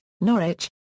Norwich